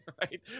right